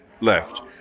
left